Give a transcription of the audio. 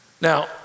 Now